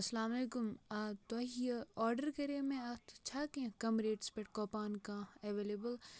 اسلامُ علیکم تۄہہِ یہِ آڈَر کَرے مے اتھ چھا کیٚنٛہہ کَم ریٹس پیٹھ کوپان کانہہ اویلٕبل